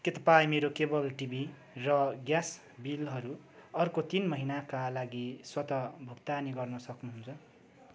के तपाईँ मेरो केवल टिभी र ग्यास बिलहरू अर्को तिन महिनाका लागि स्वतः भुक्तानी गर्न सक्नुहुन्छ